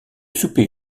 souper